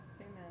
Amen